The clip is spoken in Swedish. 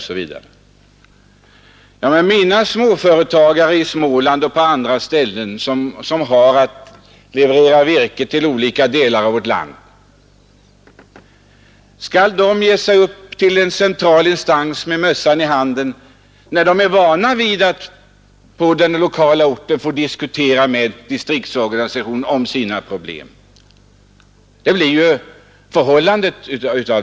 Men mina småföretagare i Småland och på andra ställen som har att leverera virke till olika delar av vårt land, skall de ge sig upp till en central instans med mössan i hand, när de är vana vid att på den lokala orten få diskutera med distriktsorganisationen om sina problem? Detta blir resultatet.